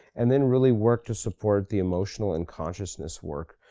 and then really work to support the emotional and consciousness work.